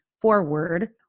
forward